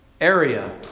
area